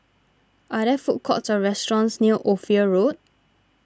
are there food courts or restaurants near Ophir Road